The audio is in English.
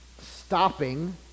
stopping